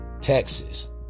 Texas